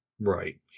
Right